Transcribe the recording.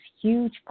huge